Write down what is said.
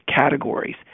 categories